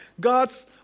God's